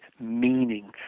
meaning